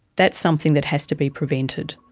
that's something that has to be prevented.